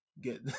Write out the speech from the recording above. get